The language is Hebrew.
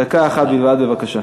דקה אחת בלבד, בבקשה.